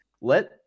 let